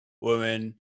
woman